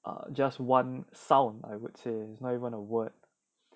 err just one sound I would say it's not even a word